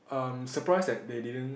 um surprised that they didn't